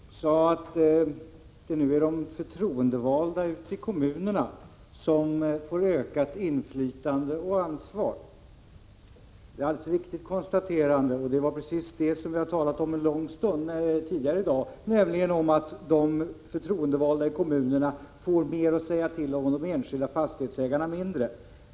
Fru talman! Birgitta Hambraeus sade att det är de förtroendevalda i kommunerna som nu får ökat inflytande och ansvar. Det är ett alldeles riktigt konstaterande. Det är precis det som vi tidigare i dag talade om en lång stund, nämligen att de förtroendevalda i kommunerna får mer att säga till om och de enskilda fastighetsägarna mindre.